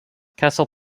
castle